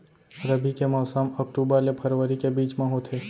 रबी के मौसम अक्टूबर ले फरवरी के बीच मा होथे